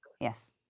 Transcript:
Yes